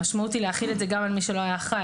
המשמעות היא להחיל את זה גם על מי שלא היה אחראי,